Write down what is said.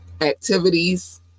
activities